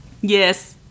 Yes